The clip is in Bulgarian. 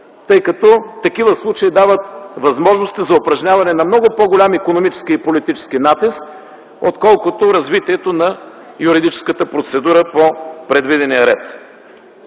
тъй като такива случаи дават възможности за упражняване на много по-голям икономически и политически натиск, отколкото развитието на юридическата процедура по предвидения ред.